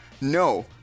No